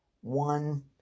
One